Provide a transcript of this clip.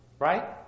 Right